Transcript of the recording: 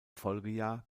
folgejahr